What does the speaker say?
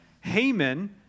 Haman